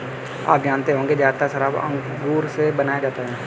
आप जानते होंगे ज़्यादातर शराब अंगूर से बनाया जाता है